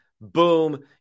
boom